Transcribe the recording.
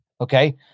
Okay